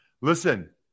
Listen